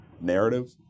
Narrative